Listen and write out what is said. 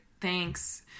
thanks